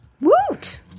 Woot